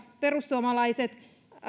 perussuomalaiset